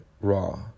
raw